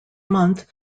month